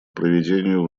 проведению